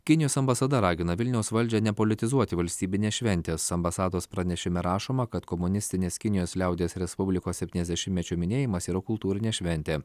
kinijos ambasada ragina vilniaus valdžią nepolitizuoti valstybinės šventės ambasados pranešime rašoma kad komunistinės kinijos liaudies respublikos septyniasdešimtmečio minėjimas yra kultūrinė šventė